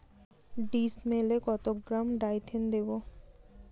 ডিস্মেলে কত gram Dithane দেবো?